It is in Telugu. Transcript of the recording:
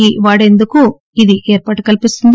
ఇ వాడేందుకు ఇది ఏర్పాటు కల్పిస్తుంది